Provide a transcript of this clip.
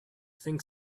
think